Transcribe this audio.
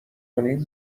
کنیم